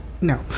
no